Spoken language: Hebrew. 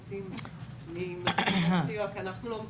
בהדים ממרכזי הסיוע, כי אנחנו לא מכירים.